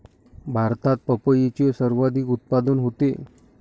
भारतात पपईचे सर्वाधिक उत्पादन होते